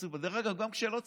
דרך אגב, גם כשלא צריך.